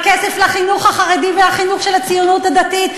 הכסף לחינוך החרדי והחינוך של הציונית הדתית,